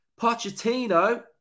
Pochettino